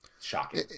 shocking